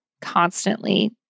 constantly